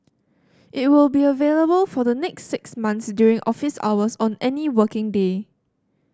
it will be available for the next six months during office hours on any working day